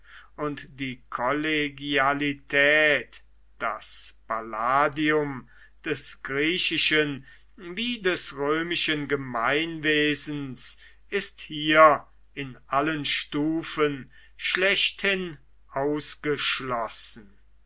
und die kollegialität das palladium des griechischen wie des römischen gemeinwesens ist hier in allen stufen schlechthin ausgeschlossen